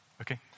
Okay